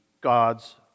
God's